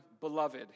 beloved